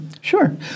Sure